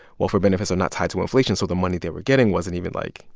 welfare benefits are not tied to inflation, so the money they were getting wasn't even, like,